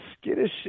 Skittish